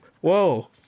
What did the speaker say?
whoa